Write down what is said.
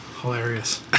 hilarious